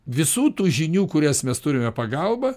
visų tų žinių kurias mes turime pagalba